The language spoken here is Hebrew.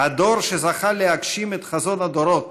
"הדור שזכה להגשים את חזון הדורות,